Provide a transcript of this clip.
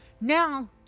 now